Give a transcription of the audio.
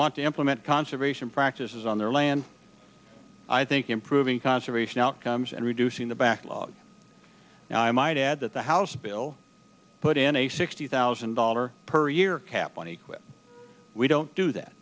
want to implement conservation practices on their land i think improving conservation outcomes and reducing the backlog and i might add that the house bill put in a sixty thousand dollars per year cap when he quit we don't do that